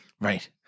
Right